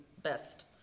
Best